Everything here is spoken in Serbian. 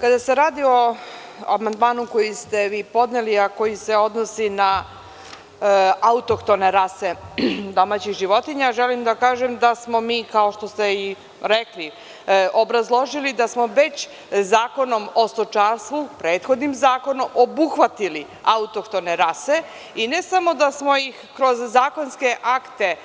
Kada se radi o amandmanu koji ste vi podneli, a koji se odnosi na autohtone rase domaćih životinja, želim da kažem da smo mi, kao što ste i rekli, obrazložili da smo već Zakonom o stočarstvu, prethodnim zakonom, obuhvatili autohtone rase, i ne samo da smo ih kroz zakonske akte